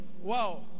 Wow